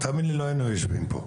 תאמין לי לא היינו יושבים פה.